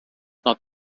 not